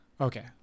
Okay